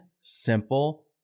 simple